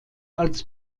als